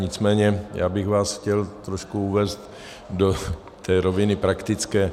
Nicméně já bych vás chtěl trošku uvést do té roviny praktické.